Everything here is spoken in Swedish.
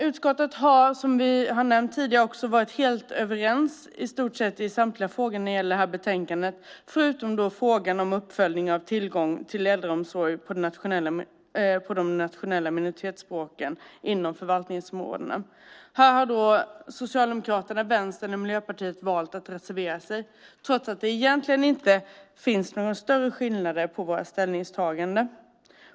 Utskottet har, som vi har nämnt tidigare också, varit helt överens i stort sett i samtliga frågor när det gäller det här betänkandet förutom när det gäller frågan om uppföljningen av tillgång till äldreomsorg på de nationella minoritetsspråken inom förvaltningsområdena. Här har Socialdemokraterna, Vänstern och Miljöpartiet valt att reservera sig trots att det egentligen inte finns några större skillnader på våra ställningstaganden.